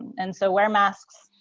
and so wear masks,